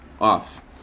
off